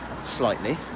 slightly